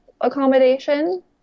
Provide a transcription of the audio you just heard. accommodation